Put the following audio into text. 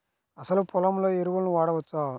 అసలు పొలంలో ఎరువులను వాడవచ్చా?